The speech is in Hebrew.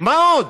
מה עוד?